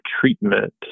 treatment